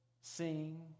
sing